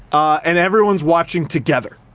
and everyone's watching together,